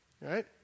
Right